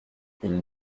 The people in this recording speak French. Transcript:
une